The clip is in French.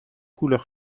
couleur